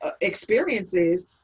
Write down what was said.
experiences